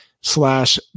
slash